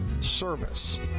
service